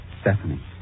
Stephanie